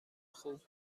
خوب